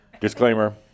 Disclaimer